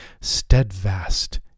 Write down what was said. steadfast